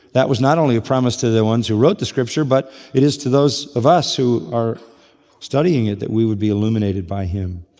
that was not only a promise to the ones who wrote the scripture but it is to those of us who are studying it that we would be illuminated by him.